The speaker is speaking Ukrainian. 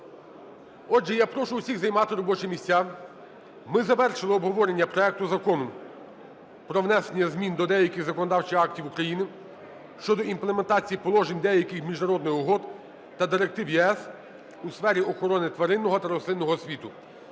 Отже, я прошу всіх займати робочі місця. Ми завершили обговорення проекту Закону про внесення змін до деяких законодавчих актів України (щодо імплементації положень деяких міжнародних угод та директив ЄС у сфері охорони тваринного та рослинного світу)